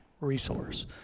resource